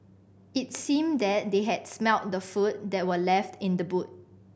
it seemed that they had smelt the food that were left in the boot